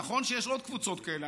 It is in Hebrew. נכון שיש עוד קבוצות כאלה.